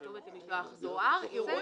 כתובת למשלוח דואר," ----- נכון.